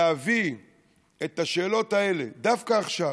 להביא את השאלות האלה דווקא עכשיו,